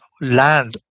land